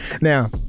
Now